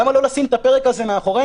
למה לא לשים את הפרק הזה מאחורינו?